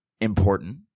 important